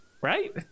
Right